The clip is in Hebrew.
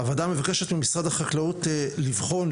הוועדה מבקשת ממשרד החקלאות לבחון,